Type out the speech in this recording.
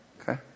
Okay